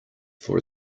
for